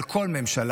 על כל ממשלה,